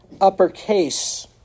uppercase